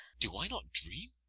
do i not dream?